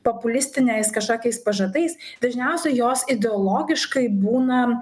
populistiniais kažkokiais pažadais dažniausiai jos ideologiškai būna